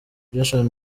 jason